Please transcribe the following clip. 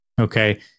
Okay